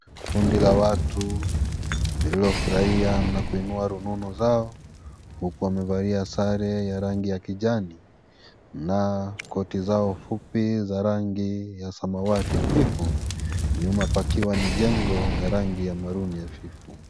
Kundi la watu, lililofurahia na kuinua rununu zao, huku wamevalia sare ya rangi ya kijani na koti zao fupi za rangi ya samawati hafifu. Nyuma pakiwa ni jengo la rangi ya maroon hafifu.